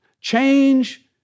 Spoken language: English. Change